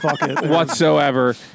whatsoever